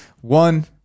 One